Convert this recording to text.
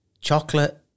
chocolate